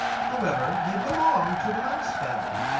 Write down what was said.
however, they belong to the mouse family.